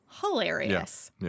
hilarious